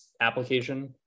application